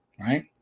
Right